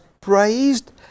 praised